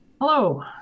Hello